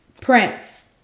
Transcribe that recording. Prince